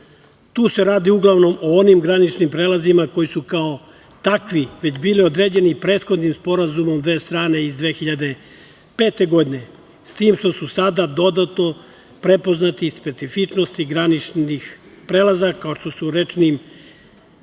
Tu se radi uglavnom o onim graničnim prelazima koji su kao takvi već bili određeni prethodnim sporazumom dve strane iz 2005. godine, s tim što su sada dodatno prepoznate specifičnosti graničnih prelaza, kao što su rečni